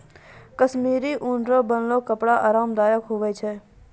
कश्मीरी ऊन रो बनलो कपड़ा आराम दायक हुवै छै